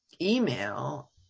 email